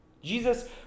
Jesus